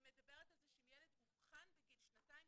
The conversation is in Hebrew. אבל אני מדברת על זה שאם ילד אובחן בגיל שנתיים-שלוש,